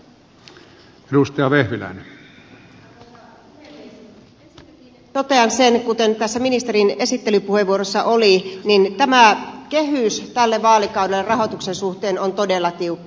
ensinnäkin totean sen kuten tässä ministerin esittelypuheenvuorossa oli että tämä kehys tälle vaalikaudelle rahoituksen suhteen on todella tiukka